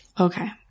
Okay